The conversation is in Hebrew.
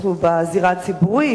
אנחנו בזירה הציבורית,